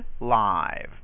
live